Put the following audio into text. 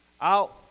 Out